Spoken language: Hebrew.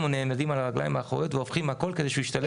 נעמדים על הרגליים והופכים הכול כדי שהוא ישתלב בשיקום.